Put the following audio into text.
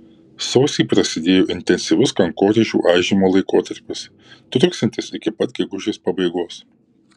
sausį prasidėjo intensyvus kankorėžių aižymo laikotarpis truksiantis iki pat gegužės pabaigos